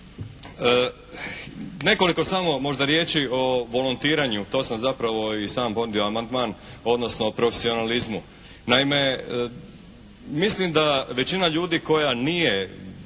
Nekoliko samo možda riječi o volontiranju. To sam zapravo i sam podnio amandman, odnosno o profesionalizmu. Naime, mislim da većina ljudi koja nije